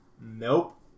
Nope